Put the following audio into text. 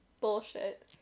Bullshit